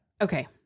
Okay